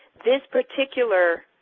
this particular